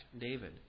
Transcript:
David